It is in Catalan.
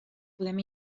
podem